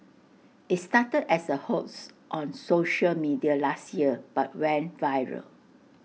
IT started as A hoax on social media last year but went viral